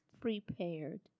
prepared